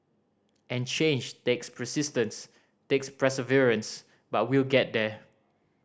and change takes persistence takes perseverance but we'll get there